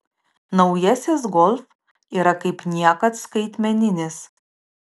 naujasis golf yra kaip niekad skaitmeninis